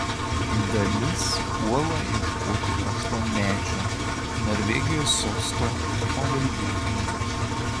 dalis puola ieškoti aštuonmečio norvegijos sosto paveldėtojo